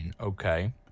okay